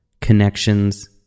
connections